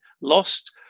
lost